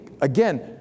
again